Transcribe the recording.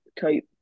type